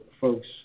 folks